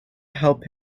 help